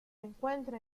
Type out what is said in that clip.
encuentra